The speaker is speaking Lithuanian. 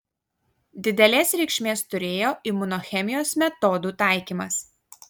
didelės reikšmės turėjo imunochemijos metodų taikymas